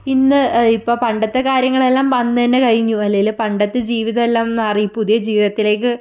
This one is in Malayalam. ഇന്ന് ഇപ്പം പണ്ടത്തെ കാര്യങ്ങളെല്ലാം അന്ന് തന്നെ കഴിഞ്ഞു അല്ലേല് പണ്ടത്തെ ജീവിതം എല്ലാം മാറി പുതിയ ജീവിതത്തിലേക്ക്